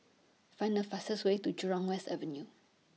Find The fastest Way to Jurong West Avenue